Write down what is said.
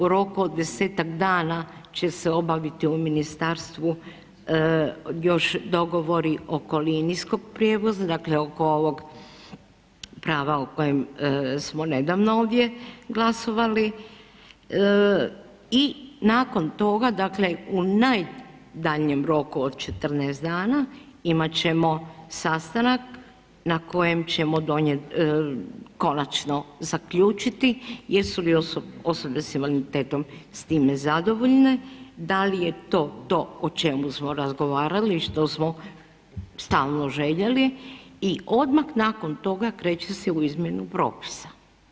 U roku od desetak dana će se obaviti u Ministarstvu još dogovori oko linijskog prijevoza, dakle oko ovog prava o kojem smo nedavno ovdje glasovali i nakon toga u najdaljnjem roku od 14 dana imat ćemo sastanak na kojem ćemo zaključiti jesu li osobe sa invaliditetom s time zadovoljne, da li je to to o čemu smo razgovarali i što smo stalno željeli i odmah nakon toga kreće se u izmjenu propisa.